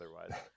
otherwise